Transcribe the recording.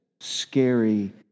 scary